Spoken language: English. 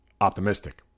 optimistic